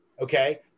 okay